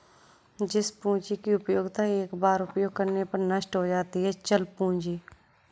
जिस पूंजी की उपयोगिता एक बार उपयोग करने पर नष्ट हो जाती है चल पूंजी है